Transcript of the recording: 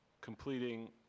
completing